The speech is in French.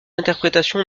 interprétation